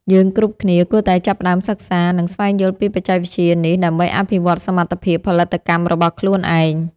យើងគ្រប់គ្នាគួរតែចាប់ផ្តើមសិក្សា និង ស្វែងយល់ពីបច្ចេកវិទ្យានេះដើម្បីអភិវឌ្ឍសមត្ថភាពផលិតកម្មរបស់ខ្លួនឯង។